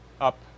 up